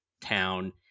town